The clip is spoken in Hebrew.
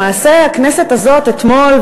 למעשה הכנסת הזאת אתמול,